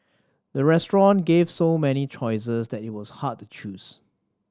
the restaurant gave so many choices that it was hard to choose